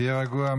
תהיה רגוע,